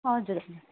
हजुर हजुर